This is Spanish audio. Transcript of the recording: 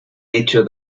hecho